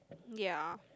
ya